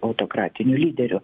autokratiniu lyderiu